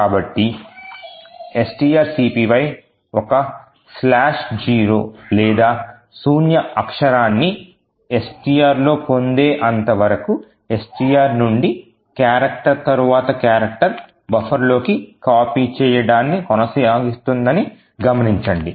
కాబట్టి strcpy ఒక ' 0' లేదా శూన్య అక్షరాన్ని STR లో పొందే అంత వరకు STR నుండి క్యారెక్టర్ తరవాత క్యారెక్టర్ బఫర్లోకి కాపీ చేయడాని కొనసాగిస్తుందని గమనించండి